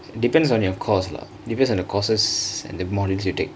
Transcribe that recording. depends on ya of course lah depends on the courses and the modules you take